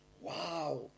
Wow